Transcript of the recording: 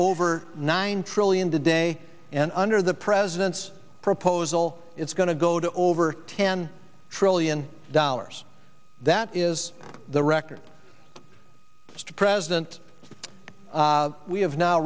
over nine trillion today and under the president's proposal it's going to go to over ten trillion dollars that is the record mr president we have now